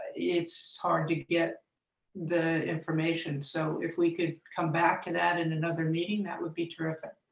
it's hard to get the information. so if we could come back and add in another meeting, that would be terrific.